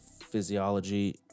physiology